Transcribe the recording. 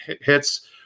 hits